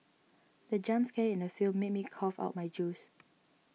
the jump scare in the film made me cough out my juice